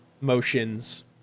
motions